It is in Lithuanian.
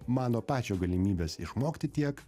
mano pačio galimybės išmokti tiek